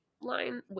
line